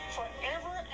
Forever